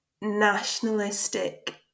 nationalistic